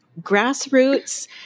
grassroots